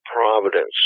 Providence